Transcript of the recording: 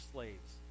Slaves